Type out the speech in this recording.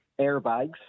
Airbags